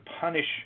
punish